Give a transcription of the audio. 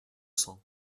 cents